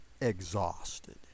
exhausted